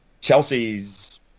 Chelsea's